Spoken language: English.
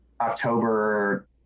October